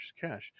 Cash